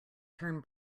turn